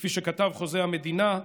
כפי שכתב חוזה המדינה: